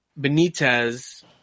Benitez